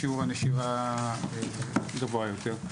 אז שיעור הנשירה גבוה יותר.